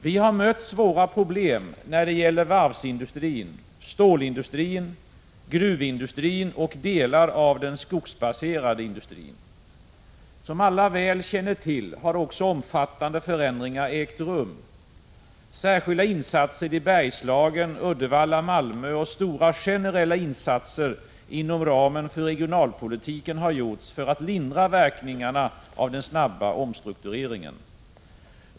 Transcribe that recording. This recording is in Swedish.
Vi har mött svåra problem inom varvsindustrin, stålindustrin, gruvindustrin och delar av den skogsbaserade industrin. Som alla väl känner till har också omfattande förändringar ägt rum. Särskilda insatser i Bergslagen, Uddevalla och Malmö samt stora generella insatser inom ramen för regionalpolitiken har gjorts för att lindra verkningarna av den snabba omstruktureringen.